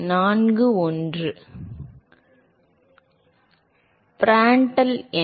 மாணவர் பிராண்டல் எண்